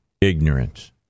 ignorance